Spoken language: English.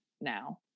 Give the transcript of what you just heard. now